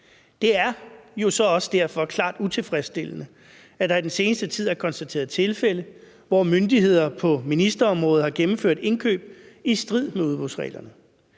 Det er jo så også derfor klart utilfredsstillende, at der i den seneste tid er konstateret tilfælde, hvor myndigheder på ministerområdet har gennemført indkøb i strid med udbudsreglerne.